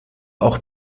auch